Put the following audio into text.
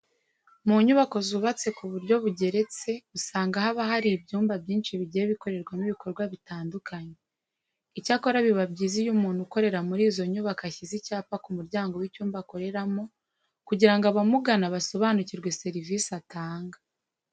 Mu nyubako zubatse ku buryo bugeretse usanga haba hari ibyumba byinshi bigiye bikorerwamo ibikorwa bitandukanye. Icyakora biba byiza iyo umuntu ukorera muri izo nyubako ashyize icyapa ku muryango w'icyumba akoreramo kugira ngo abamugana basobanukirwe serivisi atanga.